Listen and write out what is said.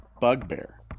bugbear